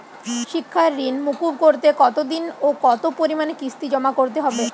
শিক্ষার ঋণ মুকুব করতে কতোদিনে ও কতো পরিমাণে কিস্তি জমা করতে হবে?